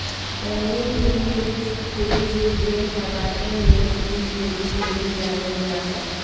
रंगीन फूल के तेल, जे हवाईयन लेई फूल के रूप में भी जानल जा हइ